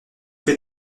vous